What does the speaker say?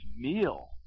meal